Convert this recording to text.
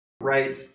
right